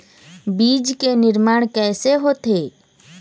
बीज के निर्माण कैसे होथे?